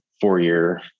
four-year